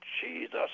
Jesus